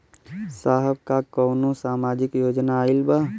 साहब का कौनो सामाजिक योजना आईल बा?